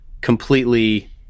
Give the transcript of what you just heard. completely